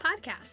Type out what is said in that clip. podcast